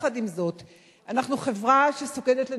אנחנו חברה שסוגדת לנעורים,